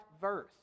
verse